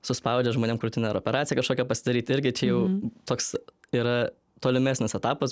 suspaudžia žmonėm krūtinę ar operaciją kažkokią pasidaryt irgi čia jau toks yra tolimesnis etapas